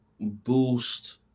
boost